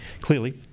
clearly